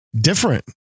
different